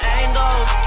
angles